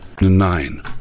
nine